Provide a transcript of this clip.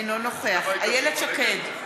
אינו נוכח איילת שקד,